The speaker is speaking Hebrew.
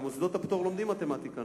במוסדות הפטור לומדים מתמטיקה,